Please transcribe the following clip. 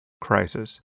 crisis